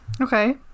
Okay